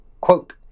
Quote